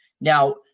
Now